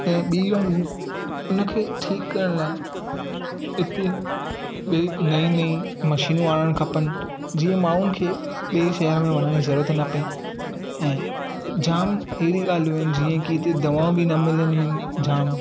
ऐं बि ॻाल्हियूं हुनखे ठीकु करण लाइ हिते ॿिए नई नई मशीनियूं आणण खपनि जीअं माण्हुनि खे ॿिए शहर में वञण जी ज़रूरत न पिए ऐं जाम अहिड़ी ॻाल्हियूं आहिनि जीअं कि हिते दवाऊं बि न मिलंदियूं आहिनि जाम